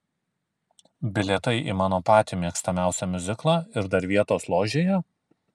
bilietai į mano patį mėgstamiausią miuziklą ir dar vietos ložėje